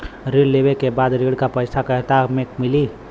ऋण लेवे के बाद ऋण का पैसा खाता में मिली?